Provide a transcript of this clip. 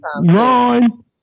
Ron